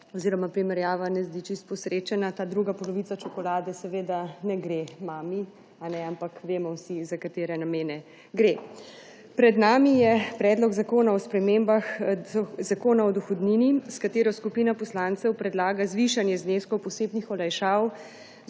ta vaša primerjava ne zdi čisto posrečena. Ta druga polovica čokolade seveda ne gre mami, ampak vemo vsi, za katere namene gre. Pred nami je predlog zakona o spremembah Zakona o dohodnini, s katero skupina poslancev predlaga zvišanje zneskov posebnih olajšav